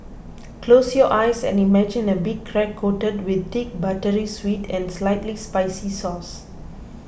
close your eyes and imagine a big crab coated with thick buttery sweet and slightly spicy sauce